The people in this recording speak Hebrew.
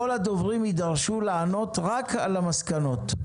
כל הדוברים יידרשו לענות רק על המסקנות,